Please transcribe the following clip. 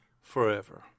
forever